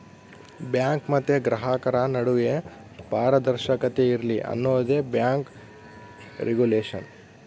bank ಮತ್ತೆ ಗ್ರಾಹಕರ ನಡುವೆ ಪಾರದರ್ಶಕತೆ ಇರ್ಲಿ ಅನ್ನೋದೇ ಬ್ಯಾಂಕ್ ರಿಗುಲೇಷನ್